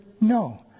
no